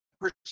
person